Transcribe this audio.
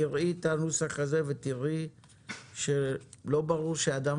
קראי את הנוסח הזה ותראי שלא ברור שאדם